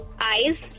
Eyes